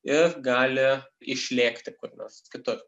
ir gali išlėkti kur nors kitur